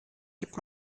gibt